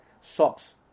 socks